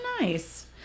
nice